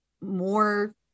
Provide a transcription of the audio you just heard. more